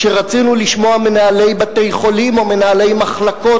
כשרצינו לשמוע מנהלי בתי-חולים או מנהלי מחלקות,